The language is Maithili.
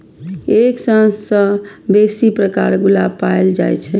एक सय सं बेसी प्रकारक गुलाब पाएल जाए छै